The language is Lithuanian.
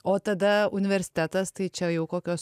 o tada universitetas tai čia jau kokios